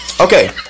Okay